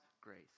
grace